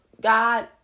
God